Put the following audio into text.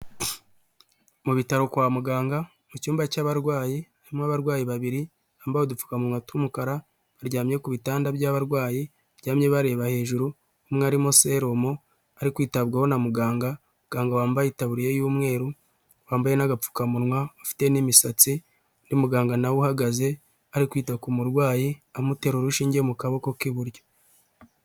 Mu bitaro kwa muganga mu cyumba cy'abarwayi harimo abarwayi babiri bambaye udupfukamunwa tw'umukara baryamye ku bitanda by'abarwayi, baryamye bareba hejuru, umwe arimo seromo ari kwitabwaho na muganga, muganga wambaye itabuye y'umweru, wambaye n'agapfukamunwa, ufite n'imisatsi, undi muganga na we uhagaze ari kwita ku murwayi, amutera urushinge mu kaboko k'iburyo.